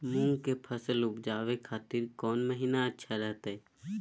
मूंग के फसल उवजावे खातिर कौन महीना अच्छा रहतय?